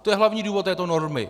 To je hlavní důvod této normy.